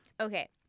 Okay